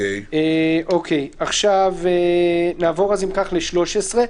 כך, נעבור לסעיף 13,